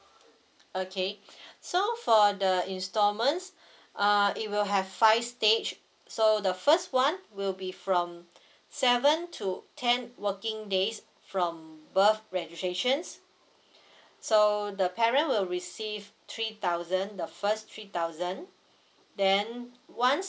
okay so for the installments uh it will have five stage so the first [one] will be from seven to ten working days from birth registrations so the parent will receive three thousand the first three thousand then once